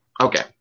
Okay